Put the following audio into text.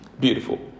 beautiful